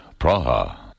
Praha